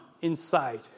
inside